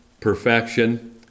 perfection